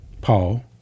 Paul